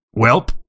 Welp